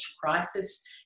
crisis